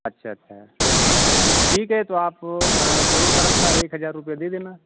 अच्छा अच्छा ठीक है तो आप दोनों तरफ का एक हज़ार रुपये दे देना